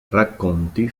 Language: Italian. racconti